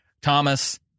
Thomas